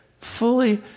fully